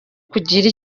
kugira